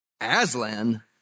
Aslan